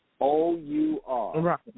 O-U-R